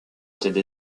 étaient